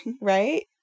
right